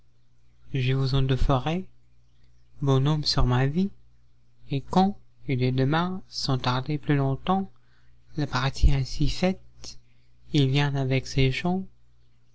je vous en déferai bonhomme sur ma vie et quand et dès demain sans tarder plus longtemps la partie ainsi faite il vient avec ses